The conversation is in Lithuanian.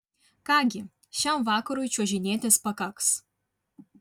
ką gi šiam vakarui čiuožinėtis pakaks